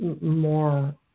more